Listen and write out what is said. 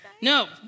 No